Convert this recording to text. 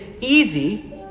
easy